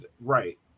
Right